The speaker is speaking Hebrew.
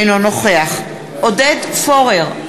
אינו נוכח עודד פורר,